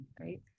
right